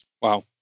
Wow